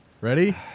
Ready